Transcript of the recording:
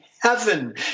heaven